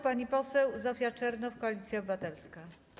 Pani poseł Zofia Czernow, Koalicja Obywatelska.